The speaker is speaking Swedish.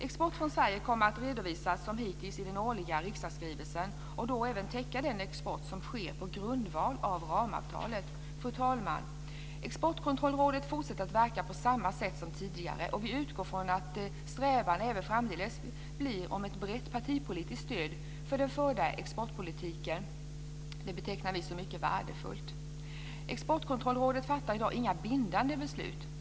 Export från Sverige kommer att redovisas som hittills i den årliga riksdagsskrivelsen, och då även täcka den export som sker på grundval av ramavtalet. Fru talman! Exportkontrollrådet fortsätter att verka på samma sätt som tidigare. Vi utgår från att strävan även framdeles blir ett brett partipolitiskt stöd för den förda exportpolitiken. Det betecknar vi som mycket värdefullt. Exportkontrollrådet fattar i dag inga bindande beslut.